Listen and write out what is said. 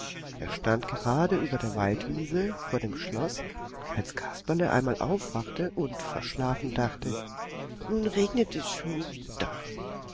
er stand gerade über der waldwiese vor dem schloß als kasperle einmal aufwachte und verschlafen dachte nun regnet es schon wieder